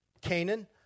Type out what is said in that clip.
Canaan